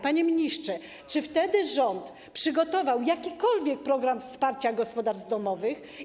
Panie ministrze, czy wtedy rząd przygotował jakikolwiek program wsparcia gospodarstw domowych?